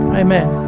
amen